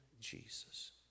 Jesus